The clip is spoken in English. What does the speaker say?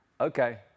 Okay